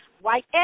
white